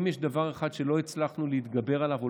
אם יש דבר אחד שלא הצלחנו להתגבר עליו או